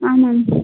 ಹಾಂ ಮ್ಯಾಮ್